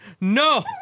no